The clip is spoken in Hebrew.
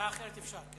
הצעה אחרת אפשר?